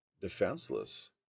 defenseless